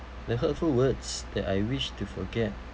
the hurtful words that I wish to forget